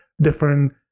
different